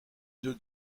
note